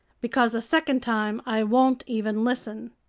because a second time i won't even listen.